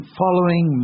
following